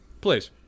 Please